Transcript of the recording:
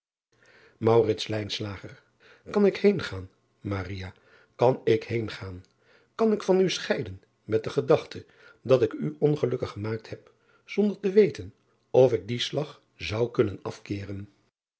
an ik heen gaan kan ik heengaan kan ik van u scheiden met de gedachte dat ik u ongelukkig gemaakt heb zonder te weten of ik dien slag zou kunnen afkeeren